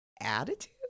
Attitude